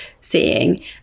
seeing